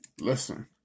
listen